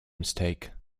mistake